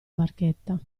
barchetta